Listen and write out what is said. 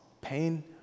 pain